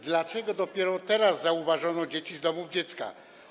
Dlaczego dopiero teraz zauważono dzieci z domów dziecka?